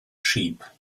sheep